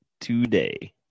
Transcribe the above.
today